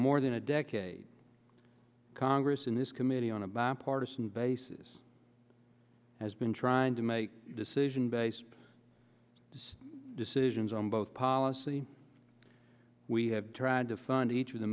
more than a decade congress in this committee on a bipartisan basis has been trying to make a decision based decisions on both policy we have tried to fund each of the